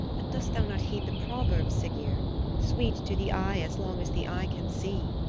but dost thou not heed the proverb, siggeir sweet to the eye as long as the eye can see?